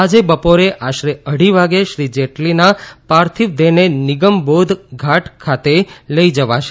આજે બપોરે આશરે અઢી વાગે શ્રી જેટલીના પાર્થીવ દેહને નિગમ બોધ ઘાટ ખાતે લઈ જવાશે